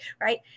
right